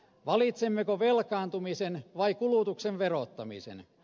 valitsemmeko velkaantumisen vai kulutuksen verottamisen